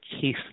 case